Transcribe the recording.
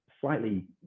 slightly